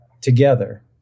together